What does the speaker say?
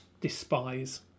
despise